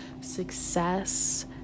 success